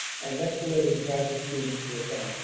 and next to it is a graduate student with, um,